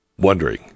wondering